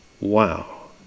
Wow